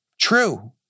True